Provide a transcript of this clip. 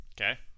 Okay